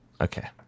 Okay